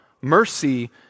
mercy